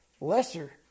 lesser